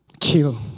Chill